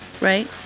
right